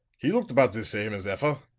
he looked about the same as effer.